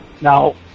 Now